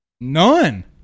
None